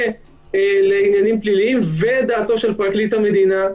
לעניינים פליליים ודעתו של פרקליט המדינה.